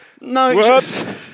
No